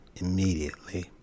immediately